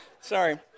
sorry